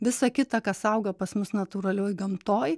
visa kita kas auga pas mus natūralioj gamtoj